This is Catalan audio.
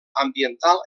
ambiental